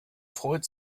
freut